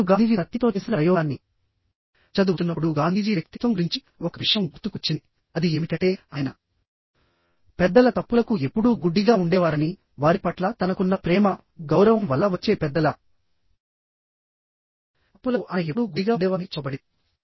నేను గాంధీజీ సత్యంతో చేసిన ప్రయోగాన్ని చదువుతున్నప్పుడు గాంధీజీ వ్యక్తిత్వం గురించి ఒక విషయం గుర్తుకు వచ్చింది అది ఏమిటంటే ఆయన పెద్దల తప్పులకు ఎప్పుడూ గుడ్డిగా ఉండేవారని వారి పట్ల తనకున్న ప్రేమ గౌరవం వల్ల వచ్చే పెద్దల తప్పులకు ఆయన ఎప్పుడూ గుడ్డిగా ఉండేవారని చెప్పబడింది